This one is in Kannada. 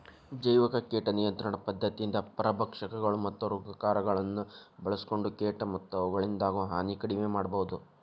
ಜೈವಿಕ ಕೇಟ ನಿಯಂತ್ರಣ ಪದ್ಧತಿಯಿಂದ ಪರಭಕ್ಷಕಗಳು, ಮತ್ತ ರೋಗಕಾರಕಗಳನ್ನ ಬಳ್ಸಿಕೊಂಡ ಕೇಟ ಮತ್ತ ಅವುಗಳಿಂದಾಗೋ ಹಾನಿ ಕಡಿಮೆ ಮಾಡಬೋದು